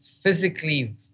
physically